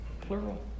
plural